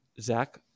Zach